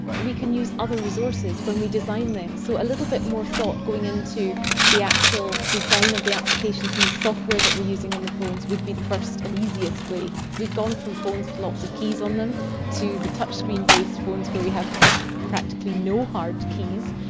we can use other resources when we design them, so a little bit more thought going into the actual design of the applications and the software that we're using on the phones would be the first and easiest way. we've gone from phones with lots of keys on them to the touchscreen-based phones where we have practically no hard keys,